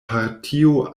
partio